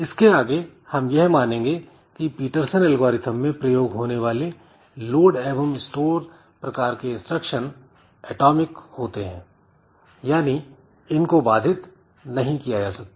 इसके आगे हम यह मानेंगे कि पीटरसन एल्गोरिथ्म में प्रयोग होने वाले लोड एवं स्टोर प्रकार के इंस्ट्रक्शन एटॉमिक होते हैं यानी इनको बाधित नहीं किया जा सकता